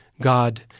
God